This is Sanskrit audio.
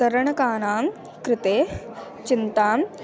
तरणकानां कृते चिन्तां